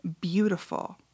beautiful